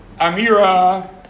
Amira